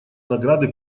награды